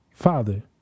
father